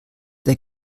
der